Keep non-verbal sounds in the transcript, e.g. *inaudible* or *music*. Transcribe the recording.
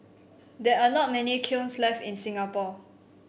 there are not many kilns left in Singapore *noise*